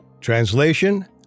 Translation